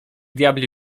diabli